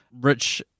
rich